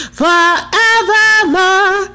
forevermore